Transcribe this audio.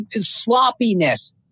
sloppiness